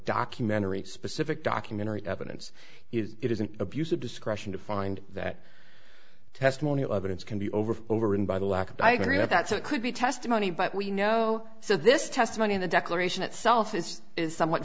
documentary specific documentary evidence is it is an abuse of discretion to find that testimonial evidence can be over over and by the lack of i agree that that's a could be testimony but we know so this testimony in the declaration itself is is somewhat